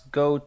go